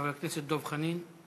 חבר הכנסת דב חנין.